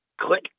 click